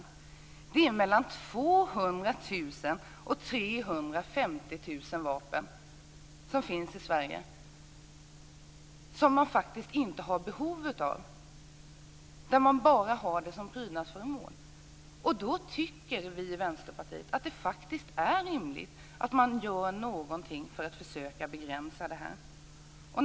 Det finns alltså mellan 200 000 och 350 000 vapen i Sverige som man faktiskt inte har behov av, utan som man bara har som prydnadsföremål. Vi i Vänsterpartiet tycker att det är rimligt att man gör någonting för att försöka begränsa dessa vapen.